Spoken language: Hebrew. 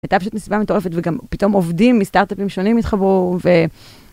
הייתה פשוט מסיבה מטורפת, וגם פתאום עובדים מסטארט-אפים שונים התחברו, ו...